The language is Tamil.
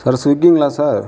ஹலோ ஸ்விகிங்களா சார்